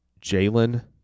Jalen